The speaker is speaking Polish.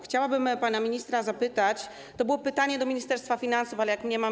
Chciałabym pana ministra zapytać, to było pytanie do Ministerstwa Finansów, ale jak nie ma.